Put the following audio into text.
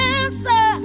answer